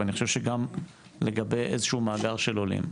ואני חושב שגם לגבי איזשהו מאגר של עולים.